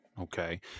Okay